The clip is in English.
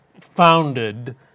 founded